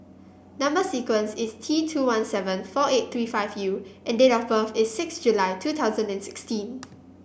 number sequence is T two one seven four eight three five U and date of birth is six July two thousand and sixteen